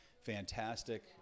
fantastic